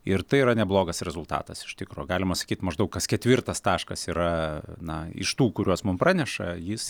ir tai yra neblogas rezultatas iš tikro galima sakyt maždaug kas ketvirtas taškas yra na iš tų kuriuos mum praneša jis